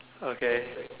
okay